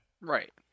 Right